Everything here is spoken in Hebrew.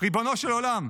ריבונו של עולם.